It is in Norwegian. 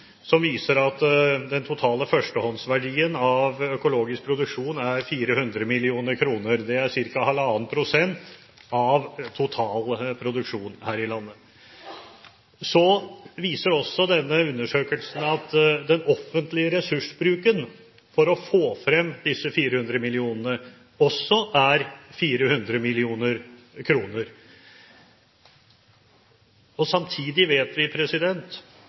som viser at den totale førstehåndsverdien av økologisk produksjon er 400 mill. kr. Det er ca. 1,5 pst. av total produksjon her i landet. Denne undersøkelsen viser også at den offentlige ressursbruken for å få frem disse 400 mill. kr også er 400 mill. kr. Samtidig vet vi